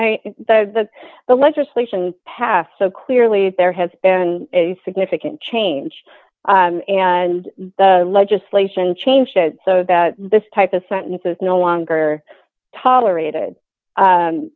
think the the legislation passed so clearly there has been a significant change and the legislation changed so that this type of sentence is no longer tolerated